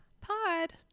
pod